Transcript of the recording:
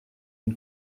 une